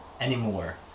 anymore